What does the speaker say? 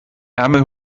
ärmel